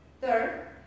Third